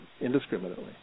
indiscriminately